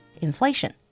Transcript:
inflation